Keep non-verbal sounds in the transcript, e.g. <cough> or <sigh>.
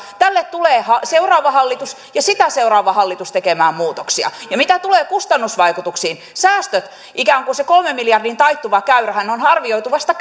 tälle tulee seuraava hallitus ja sitä seuraava hallitus tekemään muutoksia ja mitä tulee kustannusvaikutuksiin säästöthän ikään kuin se kolmen miljardin taittuva käyrä on arvioitu vasta <unintelligible>